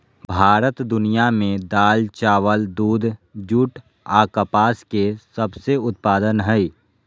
भारत दुनिया में दाल, चावल, दूध, जूट आ कपास के सबसे उत्पादन हइ